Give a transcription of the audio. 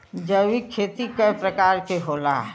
जैविक खेती कव प्रकार के होला?